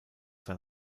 sein